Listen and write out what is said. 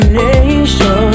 nation